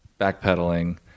backpedaling